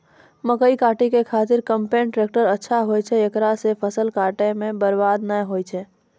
मकई काटै के खातिर कम्पेन टेकटर अच्छा होय छै ऐकरा से फसल काटै मे बरवाद नैय होय छै?